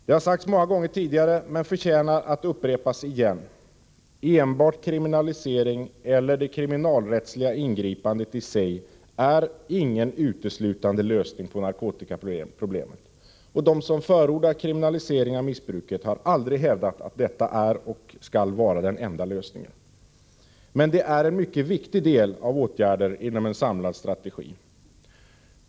Det har sagts många gånger tidigare men förtjänar att upprepas igen: Enbart kriminalisering eller det kriminalrättsliga ingripandet i sig är ingen slutgiltig lösning på narkotikaproblemet. De som förordar kriminalisering av missbruket har aldrig hävdat att detta är och skall vara den enda lösningen. Men det är en mycket viktig del av åtgärder inom en samlad strategi.